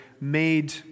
made